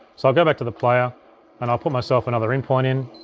so i'll go back to the player and i'll put myself another in point in.